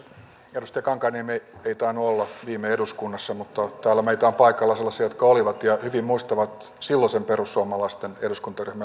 edustaja kankaanniemi ei tainnut olla viime eduskunnassa mutta täällä meitä on paikalla sellaisia jotka olivat ja hyvin muistavat silloisen perussuomalaisten eduskuntaryhmän linjoituksen